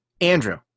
Andrew